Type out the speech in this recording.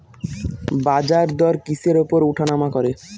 বাজারদর কিসের উপর উঠানামা করে?